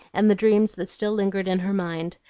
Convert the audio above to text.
and the dreams that still lingered in her mind,